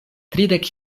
tridek